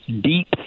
deep